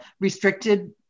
restricted